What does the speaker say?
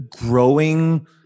growing